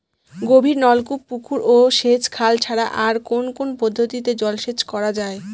গভীরনলকূপ পুকুর ও সেচখাল ছাড়া আর কোন কোন পদ্ধতিতে জলসেচ করা যায়?